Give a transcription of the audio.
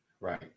right